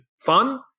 fun